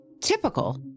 typical